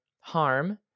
harm